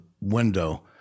window